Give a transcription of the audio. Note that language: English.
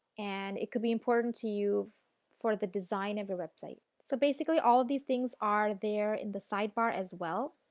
and it could be important to you for the design of the website. so, basically all of these things are there in the side bar as well.